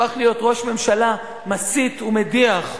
הפך להיות ראש ממשלה מסית ומדיח,